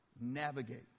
navigate